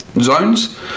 zones